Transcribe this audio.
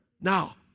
Now